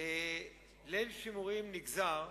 ליל שימורים נגזר,